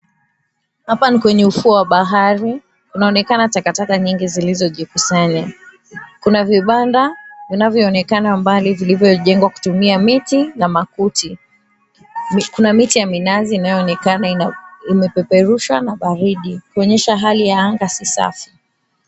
Hapa ni kwenye ufuo wa bahari, unaonekana takataka nyingi zilizojikusanya. Kuna vibanda vinavyoonekana mbali vilivyojengwa kutumia miti na makuti. Kuna miti ya minazi inayoonekana inapeperushwa na baridi, kuonyesha hali ya anga si safi.